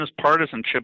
partisanship